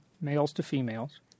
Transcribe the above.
males-to-females